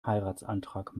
heiratsantrag